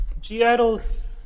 G-Idols